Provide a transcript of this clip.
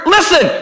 Listen